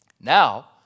Now